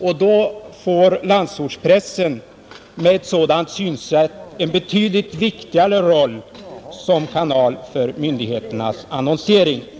Med ett sådant synsätt får landsortspressen en betydligt viktigare roll som kanal för myndigheternas annonsering.